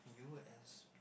U_S_B